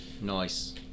Nice